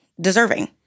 deserving